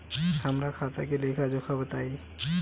हमरा खाता के लेखा जोखा बताई?